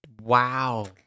Wow